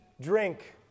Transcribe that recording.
drink